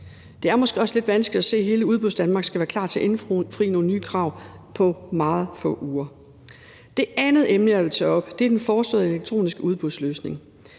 Det er måske også lidt vanskeligt at se for sig, at hele Udbudsdanmark skal være klar til at indfri nogle nye krav på meget få uger. Det andet emne, jeg vil tage op, er den foreslåede elektroniske udbudsløsning.